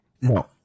No